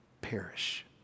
perish